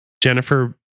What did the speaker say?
Jennifer